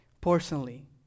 personally